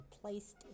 placed